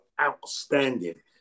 outstanding